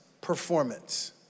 performance